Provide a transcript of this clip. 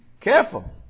careful